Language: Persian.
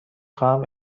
خواهم